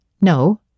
No